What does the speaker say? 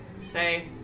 say